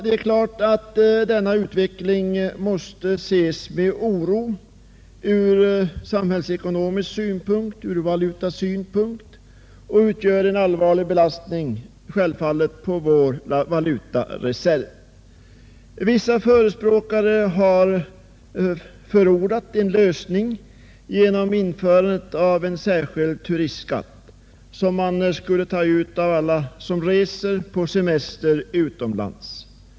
Det är klart att denna utveckling måste ses med oro från samhällsekonomisk synpunkt och från valutasynpunkt. Den utgör självfallet en allvarlig belastning på vår valutareserv. Vissa förespråkare har förordat en lösning genom införandet av en särskild turistskatt, som man skulle ta ut av alla som reser på semester utomlands.